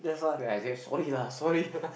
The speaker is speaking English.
then I say sorry lah sorry